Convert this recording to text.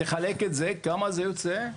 תחלק את זה, כמה זה יוצא?